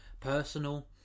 personal